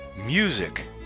music